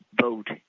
vote